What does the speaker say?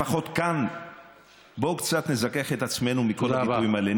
לפחות כאן בואו קצת נזכך את עצמנו מכל הביטויים האלה.